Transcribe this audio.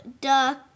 duck